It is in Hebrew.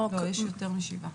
לא, יש יותר משבעה.